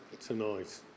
tonight